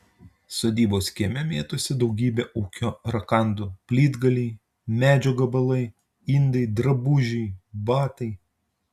sodybos kieme mėtosi daugybė ūkio rakandų plytgaliai medžio gabalai indai drabužiai batai